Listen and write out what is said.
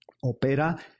Opera